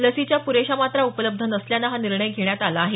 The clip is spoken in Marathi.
लसीच्या पुरेशा मात्रा उपलब्ध नसल्यानं हा निर्णय घेण्यात आला आहे